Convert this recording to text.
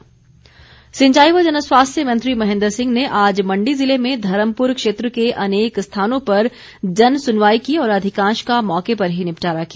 महेन्द्र सिंह सिंचाई व जन स्वास्थ्य मंत्री महेन्द्र सिंह ने आज मण्डी ज़िले में धर्मपुर क्षेत्र के अनेक स्थानों पर जन सुनवाई की और अधिकांश का मौके पर ही निपटारा किया